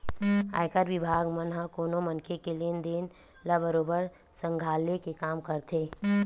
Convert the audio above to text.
आयकर बिभाग मन ह कोनो मनखे के लेन देन ल बरोबर खंघाले के काम करथे